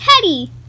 Teddy